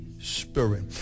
Spirit